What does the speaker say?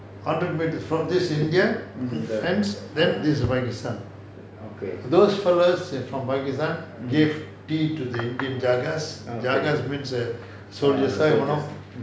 hundred metres from this is india fence then this is pakistan those fellows from pakistan gave tea to the indian ஜகஸ்:jagas means soldier என்னவோ:ennavo in from monkeys that give deed to game douglas and just mix it sort of ya so I think